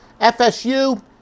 FSU